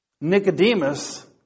Nicodemus